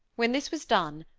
when this was done,